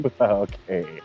okay